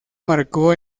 marcó